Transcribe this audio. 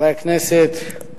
חברי הכנסת,